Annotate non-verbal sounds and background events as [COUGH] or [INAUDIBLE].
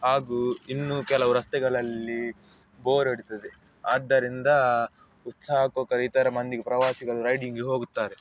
ಹಾಗೂ ಇನ್ನೂ ಕೆಲವು ರಸ್ತೆಗಳಲ್ಲಿ ಬೋರ್ ಹೊಡಿತದೆ ಆದ್ದರಿಂದ ಉತ್ಸಾಹ [UNINTELLIGIBLE] ಪ್ರವಾಸಿಗರು ರೈಡಿಂಗಿಗ್ ಹೋಗುತ್ತಾರೆ